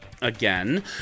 again